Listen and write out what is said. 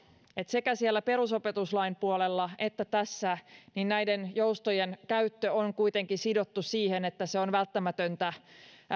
että sekä muutos perusopetuslain puolella että tässä näiden joustojen käyttö on kuitenkin sidottu siihen että se on välttämätöntä